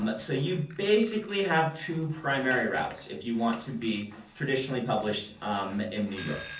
but so you basically have two primary routes, if you want to be traditionally published in new york.